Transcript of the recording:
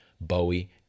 Bowie